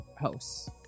hosts